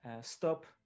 stop